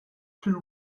two